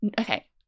okay